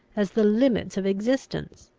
as the limits of existence.